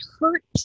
hurt